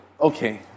Okay